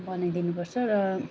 बनाइ दिनुपर्छ र